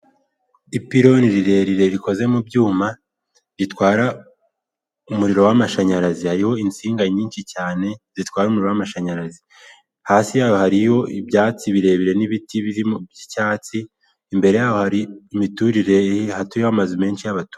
Ipironi rirerire rikoze mu byuma ritwara umuriro w'amashanyarazi, hariho insinga nyinshi cyane zitwara umuriro w'amashanyarazi, hasi yaho hari ibyatsi birebire n'ibiti by'icyatsi imbere yaho hari imiturire hatuyeho amazi menshi y'abatu.